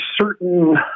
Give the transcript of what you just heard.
certain